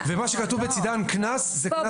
ומה שכתוב בצידן קנס, זה קנס על פי החוק העונשין.